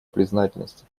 признательности